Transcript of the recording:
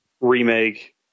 remake